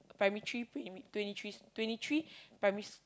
primary three pre~ twenty threes twenty three primary